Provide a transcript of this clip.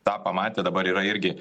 tą pamatę dabar yra irgi